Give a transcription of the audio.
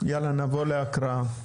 נעבור להקראה.